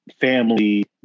family